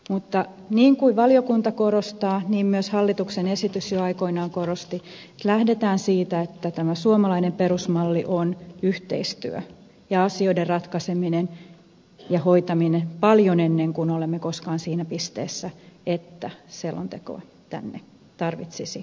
mutta niin kuin valiokunta korostaa niin myös hallituksen esitys jo aikoinaan korosti että lähdetään siitä että tämä suomalainen perusmalli on yhteistyö ja asioiden ratkaiseminen ja hoitaminen paljon ennen kuin olemme siinä pisteessä että selonteko tänne tarvitsisi tuoda